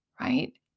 right